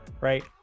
right